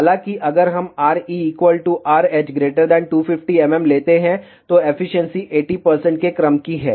हालांकि अगर हम RE RH 250 mm लेते हैं तो एफिशिएंसी 80 के क्रम की है